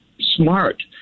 smart